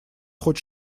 хоть